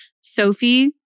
Sophie